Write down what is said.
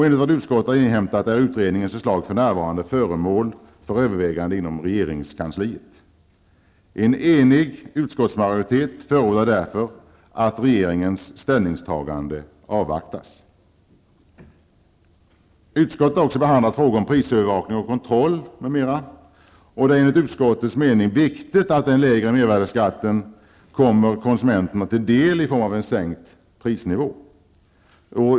Enligt vad utskottet har inhämtat är utredningens förslag för närvarande föremål för övervägande inom regeringskansliet. En enig utskottsmajoritet förordar därför att regeringens ställningstagande avvaktas. Utskottet har också behandlat frågor om prisövervakning och kontroll, m.m. Det är enligt utskottets mening viktigt att den lägre mervärdeskatten kommer konsumenterna till del i form av en sänkt prisnivå.